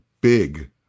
big